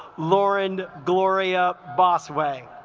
lauren gloria boss way